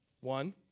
one